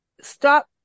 stop